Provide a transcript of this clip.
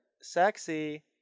sexy